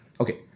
Okay